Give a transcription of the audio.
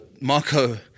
Marco